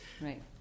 Right